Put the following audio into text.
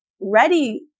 ready